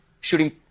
shooting